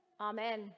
amen